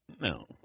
No